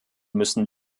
müssen